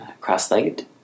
cross-legged